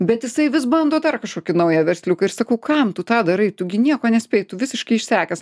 bet jisai vis bando dar kažkokį naują versliuką ir sakau kam tu tą darai tu gi nieko nespėji visiškai išsekęs